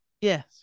Yes